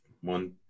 one –